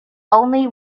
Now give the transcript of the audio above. only